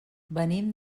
venim